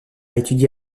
étudié